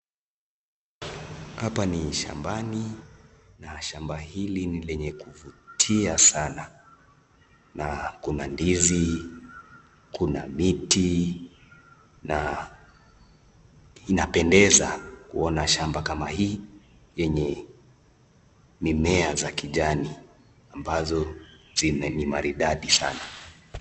Hapa ni shambani na shamba hili ni lenye kuvutia sana na kuna ndizi, kuna miti, na inapendeza kuona shamba kama hii, yenye mimea za kijani ambazo ni zenye maridadi sana.